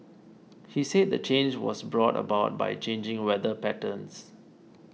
he said the change was brought about by changing weather patterns